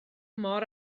mor